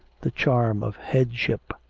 the charm of headship.